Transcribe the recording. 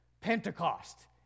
pentecost